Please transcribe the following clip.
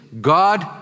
God